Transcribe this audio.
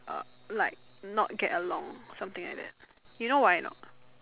uh like not get along you know why or not